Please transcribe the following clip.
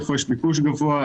איפה יש ביקוש גבוה,